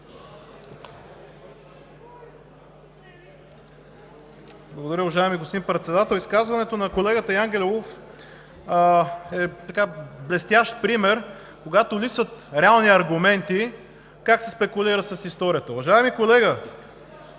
Благодаря, уважаеми господин Председател. Изказването на колегата Ангелов е блестящ пример, когато липсват реални аргументи, как се спекулира с историята. Уважаеми колега,